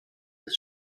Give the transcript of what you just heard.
des